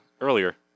earlier